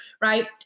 right